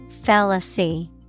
Fallacy